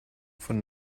von